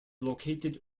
located